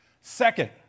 Second